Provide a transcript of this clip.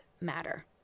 matter